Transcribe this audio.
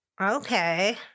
Okay